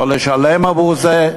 או לשלם עבור זה,